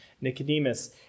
Nicodemus